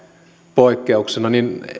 poikkeuksena